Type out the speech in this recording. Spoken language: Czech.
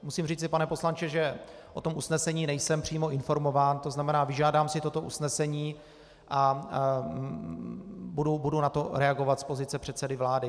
Musím říci, pane poslanče, že o tom usnesení nejsem přímo informován, to znamená, vyžádám si toto usnesení a budu na to reagovat z pozice předsedy vlády.